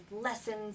lessons